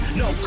no